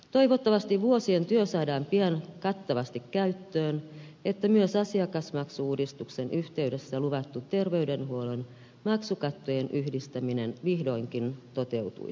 toivottavasti vuosien työ saadaan pian kattavasti käyttöön että myös asiakasmaksu uudistuksen yhteydessä luvattu terveydenhuollon maksukattojen yhdistäminen vihdoinkin toteutuisi